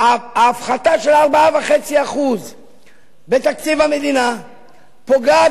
ההפחתה של 4.5% בתקציב המדינה פוגעת